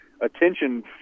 Attention